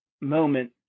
moment